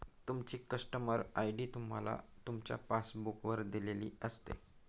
तुमची customer ID तुम्हाला तुमच्या पासबुक वर दिलेली असते